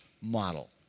model